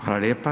Hvala lijepa.